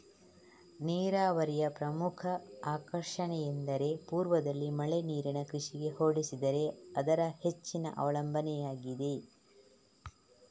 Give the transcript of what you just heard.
ನೀರಾವರಿಯ ಪ್ರಮುಖ ಆಕರ್ಷಣೆಯೆಂದರೆ ಪೂರ್ವದಲ್ಲಿ ಮಳೆ ನೀರಿನ ಕೃಷಿಗೆ ಹೋಲಿಸಿದರೆ ಅದರ ಹೆಚ್ಚಿದ ಅವಲಂಬನೆಯಾಗಿದೆ